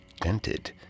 dented